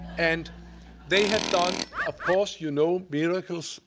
and they have done, of course, you know, miracles,